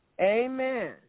Amen